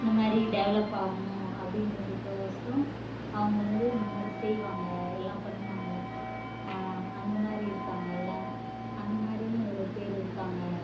இந்தமாதிரி டெவலப்பாவணும் அப்டின்றதுக் கொசரம் அவங்க வந்து இந்த மாதிரி செய்வாங்க எல்லாம் பண்ணுவாங்க அந்த மாதிரி இருக்காங்கள்ல அந்த மாதிரியும் எவ்வளோ பேர் இருக்காங்க